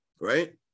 right